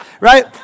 right